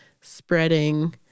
spreading